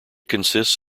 consists